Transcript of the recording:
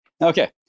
Okay